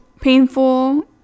painful